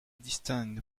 distinguent